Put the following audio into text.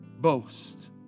boast